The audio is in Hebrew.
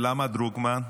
למה דרוקמן?